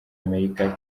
amerika